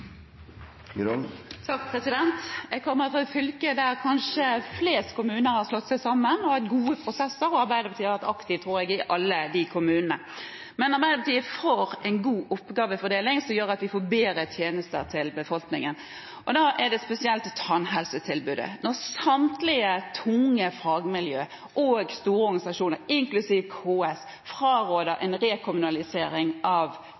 Jeg kommer fra et fylke der kanskje flest kommuner har slått seg sammen. De har hatt gode prosesser, og Arbeiderpartiet har hatt en aktiv rolle i alle de kommunene. Men Arbeiderpartiet er for en god oppgavefordeling, som gjør at vi får bedre tjenester til befolkningen. Det gjelder særlig tannhelsetilbudet. Når samtlige tunge fagmiljøer og store organisasjoner, inklusiv KS, fraråder en rekommunalisering av